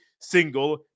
single